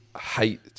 hate